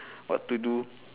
what to do